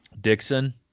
Dixon